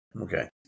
Okay